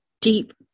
deep